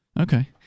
Okay